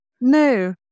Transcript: No